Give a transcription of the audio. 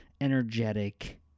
energetic